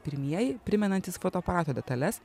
pirmieji primenantys fotoaparato detales